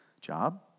job